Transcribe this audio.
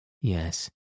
yes